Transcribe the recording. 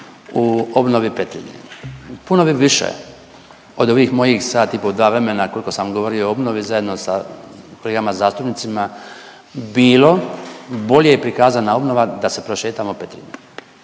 u obnovi Petrinje. Puno bi više od ovih mojih sat i po, dva vremena kolko sam govorio o obnovi zajedno sa kolegama zastupnicima bilo bolje prikazana obnova da se prošetamo Petrinjom.